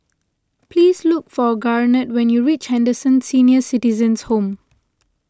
please look for Garnett when you reach Henderson Senior Citizens' Home